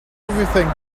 everything